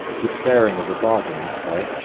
despairing of a bargain that day,